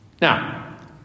Now